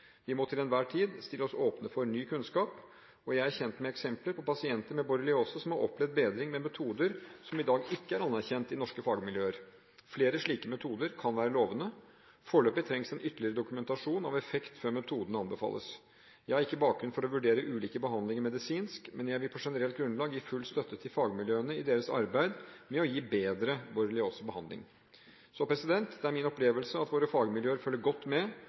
Vi må til enhver tid stille oss åpne for ny kunnskap. Jeg er kjent med eksempler på pasienter med borreliose som har opplevd bedring med metoder som i dag ikke er anerkjent i norske fagmiljøer. Flere slike metoder kan være lovende. Foreløpig trengs en ytterligere dokumentasjon av effekt før metodene anbefales. Jeg har ikke bakgrunn for å vurdere ulike behandlinger medisinsk, men jeg vil på generelt grunnlag gi full støtte til fagmiljøene i deres arbeid med å gi bedre borreliosebehandling. Det er min opplevelse at våre fagmiljøer følger godt med